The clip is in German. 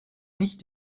nicht